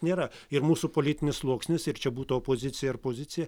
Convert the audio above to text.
nėra ir mūsų politinis sluoksnis ir čia būtų opozicija ar pozicija